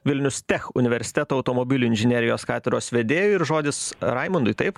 vilnius tech universiteto automobilių inžinerijos katedros vedėjui ir žodis raimundui taip